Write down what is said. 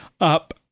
up